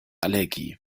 allergie